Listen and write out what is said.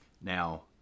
Now